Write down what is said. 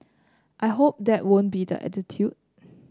I hope that won't be the attitude